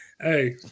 Hey